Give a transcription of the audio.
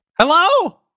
Hello